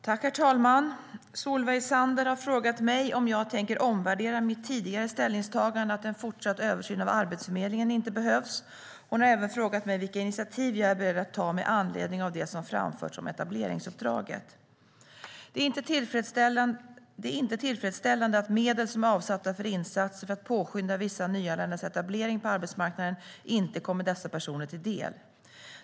Svar på interpellationer Herr talman! Solveig Zander har frågat mig om jag tänker omvärdera mitt tidigare ställningstagande att en fortsatt översyn av Arbetsförmedlingen inte behövs. Hon har även frågat mig vilka initiativ jag är beredd att ta med anledning av det som framförts om etableringsuppdraget. Det är inte tillfredsställande att medel som är avsatta till insatser för att påskynda vissa nyanländas etablering på arbetsmarknaden inte kommer dessa personer till del.